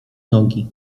nogi